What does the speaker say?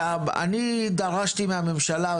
דרשתי מהממשלה,